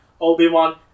Obi-Wan